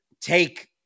take